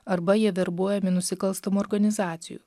arba jie verbuojami nusikalstamų organizacijų